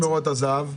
מה עם משמרות הזה"ב?